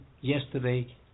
yesterday